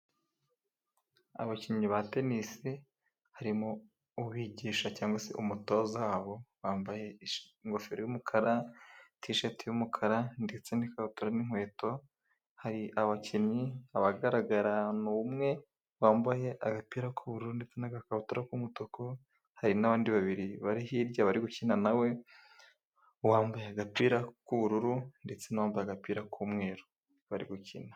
Abakinnyi ba tenisi harimo ubigisha cyangwa se umutoza wabo, bambaye ingofero y'umukara y'umukara tisheti y'umukara ndetse n'ikabutura n'inkweto, hari abakinnyi abagaragara ni umwe wambaye agapira k'ubururu, ndetse n'agakabutura k'umutuku. Hari n'abandi babiri bari hirya bari gukina na we, uwambaye agapira k'ubururu, ndetse n'uwambaye agapira k'umweru bari gukina.